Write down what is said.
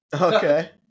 Okay